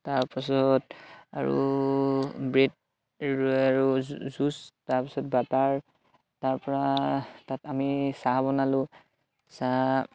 তাৰপাছত আৰু ব্ৰেড আৰু জুচ তাৰপাছত বাটাৰ তাৰ পৰা তাত আমি চাহ বনালোঁ চাহ